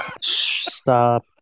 stop